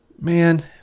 man